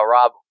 Rob